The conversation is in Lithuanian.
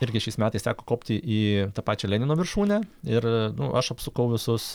irgi šiais metais teko kopti į tą pačią lenino viršūnę ir nu aš apsukau visus